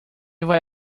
vai